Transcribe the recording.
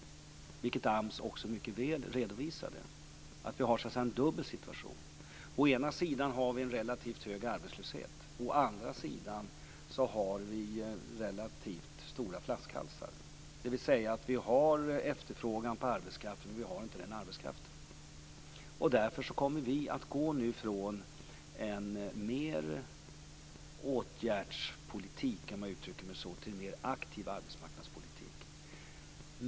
Som AMS mycket väl redovisade har vi så att säga en dubbel situation. Å ena sidan har vi en relativt hög arbetslöshet; å andra sidan har vi relativt stora flaskhalsar. Vi har efterfrågan på arbetskraft, men vi har inte den arbetskraften. Därför kommer vi nu att gå från en mer åtgärdsinriktad politik till en mer aktiv arbetsmarknadspolitik.